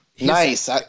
Nice